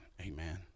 amen